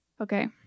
Okay